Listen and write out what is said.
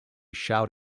shout